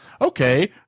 okay